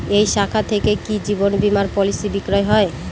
এই শাখা থেকে কি জীবন বীমার পলিসি বিক্রয় হয়?